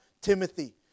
Timothy